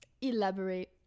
Elaborate